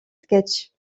sketches